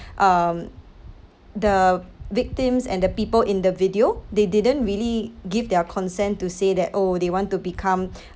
um the victims and the people in the video they didn't really give their consent to say that oh they want to become